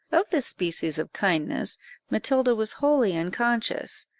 of this species of kindness matilda was wholly unconscious,